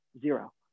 zero